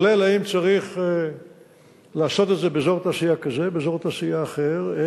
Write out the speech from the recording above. כולל אם צריך לעשות את זה באזור תעשייה כזה או באזור תעשייה אחר.